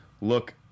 look